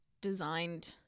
designed